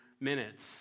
minutes